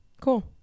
Cool